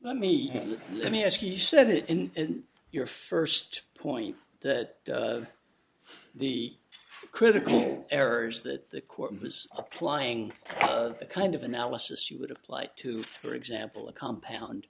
let me let me ask you said it and your first point that the critical errors that the court was applying the kind of analysis you would apply to for example a compound